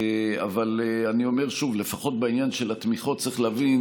אבל אני אומר שוב: לפחות בעניין של התמיכות צריך להבין